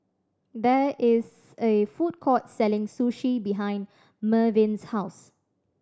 there is a food court selling Sushi behind Merwin's house